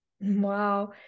Wow